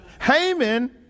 Haman